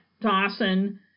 Dawson